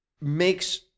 makes